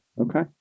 Okay